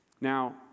Now